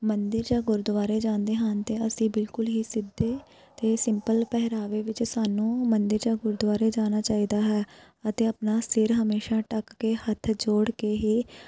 ਮੰਦਿਰ ਜਾਂ ਗੁਰਦੁਆਰੇ ਜਾਂਦੇ ਹਨ ਅਤੇ ਅਸੀਂ ਬਿਲਕੁਲ ਹੀ ਸਿੱਧੇ ਅਤੇ ਸਿੰਪਲ ਪਹਿਰਾਵੇ ਵਿੱਚ ਸਾਨੂੰ ਮੰਦਿਰ ਜਾਂ ਗੁਰਦੁਆਰੇ ਜਾਣਾ ਚਾਹੀਦਾ ਹੈ ਅਤੇ ਆਪਣਾ ਸਿਰ ਹਮੇਸ਼ਾਂ ਢੱਕ ਕੇ ਹੱਥ ਜੋੜ ਕੇ ਹੀ